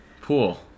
pool